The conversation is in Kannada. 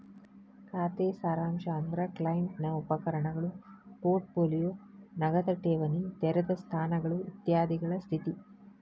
ಖಾತೆ ಸಾರಾಂಶ ಅಂದ್ರ ಕ್ಲೈಂಟ್ ನ ಉಪಕರಣಗಳು ಪೋರ್ಟ್ ಪೋಲಿಯೋ ನಗದ ಠೇವಣಿ ತೆರೆದ ಸ್ಥಾನಗಳು ಇತ್ಯಾದಿಗಳ ಸ್ಥಿತಿ